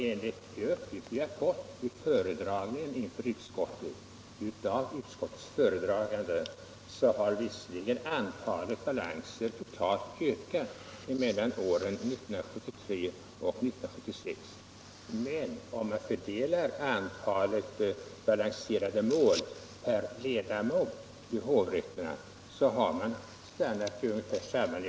Enligt de uppgifter vi har fått av utskottets föredragande har visserligen antalet balanser totalt ökat mellan åren 1973 och 1976. Men om man fördelar antalet balanserade mål per ledamot i hovrätterna så har det stannat vid ungefär samma nivå.